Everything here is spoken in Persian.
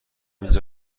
اینجا